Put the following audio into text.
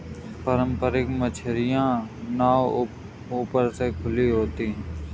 पारम्परिक मछियारी नाव ऊपर से खुली हुई होती हैं